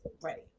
ready